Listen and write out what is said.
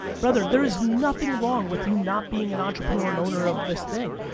brother, there is nothing wrong with you not being an entrepreneur, an owner of this thing.